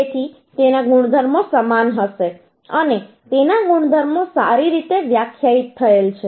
તેથી તેના ગુણધર્મો સમાન હશે અને તેના ગુણધર્મો સારી રીતે વ્યાખ્યાયિત થયેલ છે